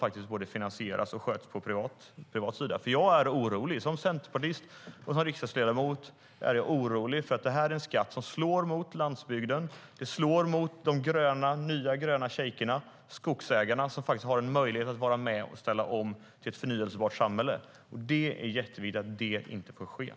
Det finansieras ju och sköts i privat regi.